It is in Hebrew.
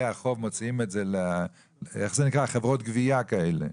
החוב מוציאים את זה לחברות גבייה כאלה.